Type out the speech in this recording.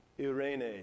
irene